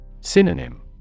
Synonym